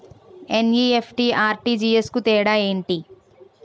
NEFT, RTGS కు తేడా ఏంటి?